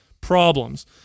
problems